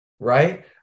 right